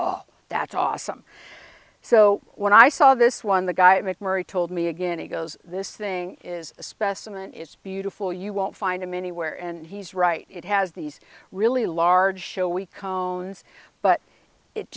all that's awesome so when i saw this one the guy mcmurry told me again he goes this thing is a specimen it's beautiful you won't find him anywhere and he's right it has these really large show we combed but it